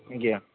ଆଜ୍ଞା